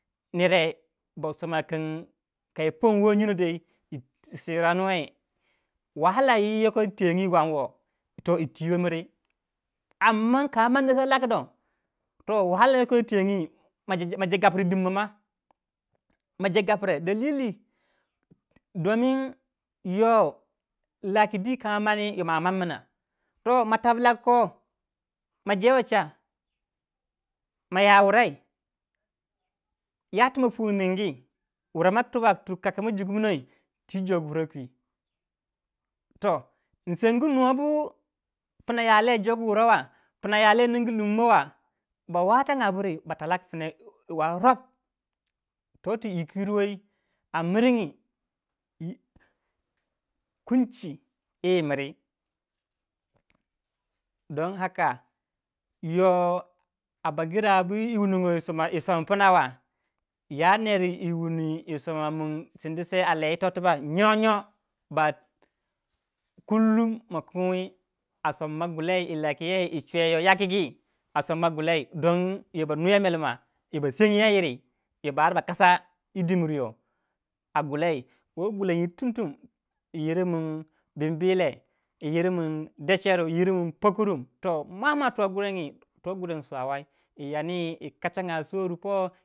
Wu yoko yitengi wan woh yi tiw miri ka mandi sai lakidoh am man maje gapre yi dimma ma maje gapre dalili domin yoh lakidi kamani yo mwa a mammna to ma tabu lakko majewe cha maya wurai yati mapu ningi wurou matubak tu kakamo jukumnai twi jogu wuraw toh in sengu nuya bu pna yale jogu wurai wa pna yo le ningu lummo wa ba watan ga buri bata laki pinai war rop totu yikiyir yiwei amiringi koci yi lmiri danhaka yoh a bagrabu yi wunongo yi som pna wa ya neru yisoma min sinsdisai bi tubok nyonyo kullum ma kinguwai a somma gulai yi chweyo yakigi don ye ba nuya melma basengi ya iri ye bou ba kasa yi dim bir yoh a gulei wei guran yir tum tum yiri min bim biiei, yirimin decheru yiru min pokrum mua mua toh gulani to gulan swa wai iyandi yi kacanga soru po.